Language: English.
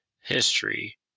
history